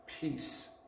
peace